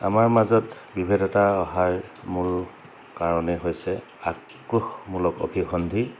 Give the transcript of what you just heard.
আমাৰ মাজত বিভেদতা অহাৰ মূল কাৰণেই হৈছে আক্ৰোশমূলক অভিসন্ধি